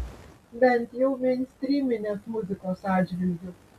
bent jau meinstryminės muzikos atžvilgiu